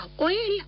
Oil